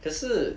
可是